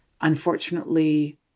unfortunately